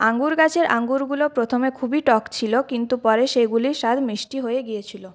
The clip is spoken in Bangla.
আঙ্গুর গাছের আঙ্গুরগুলো প্রথমে খুবই টক ছিল কিন্তু পরে সেগুলির স্বাদ মিষ্টি হয়ে গিয়েছিলো